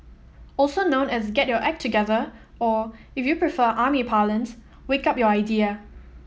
also known as get your act together or if you prefer army parlance wake up your idea